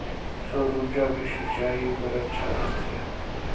सौर ऊर्जा भी सिंचाई बर अच्छा रहथे?